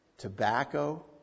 Tobacco